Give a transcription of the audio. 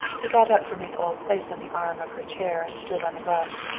he got up from his old place on the arm of her chair and stood on the rug.